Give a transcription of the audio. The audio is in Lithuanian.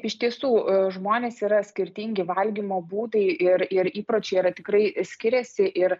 iš tiesų žmonės yra skirtingi valgymo būdai ir ir įpročiai yra tikrai skiriasi ir